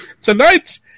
tonight